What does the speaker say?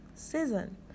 season